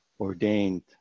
ordained